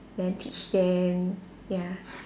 then teach them ya